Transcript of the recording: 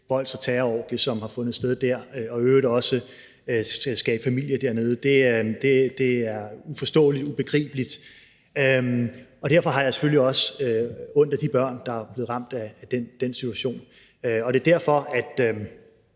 volds- og terrororgie, som har fundet sted der, og i øvrigt også at skabe familie dernede. Det er uforståeligt, ubegribeligt. Og derfor har jeg selvfølgelig også ondt af de børn, der er blevet ramt af den situation. Det er derfor, at